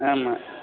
ஆமாம்